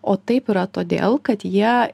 o taip yra todėl kad jie